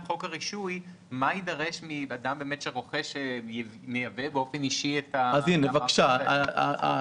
חוק הרישוי מה יידרש מאדם שמייבא באופן אישי את המערכות הללו?